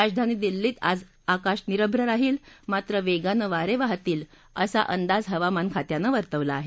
राजधानाची दिल्लीत आज आकाश निरम्र राहील मात्र वेगानं वारे वाहतील असा अंदाज हवामान खात्यानं वर्तवला आहे